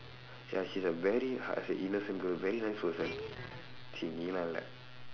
ya she is a very hard I say innocent girl very nice person !chi! நீ எல்லாம் இல்ல:nii ellaam illa